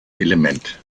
element